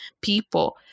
people